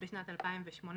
בשנת 2018,